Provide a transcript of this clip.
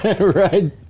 Right